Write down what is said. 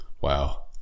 Wow